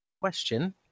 question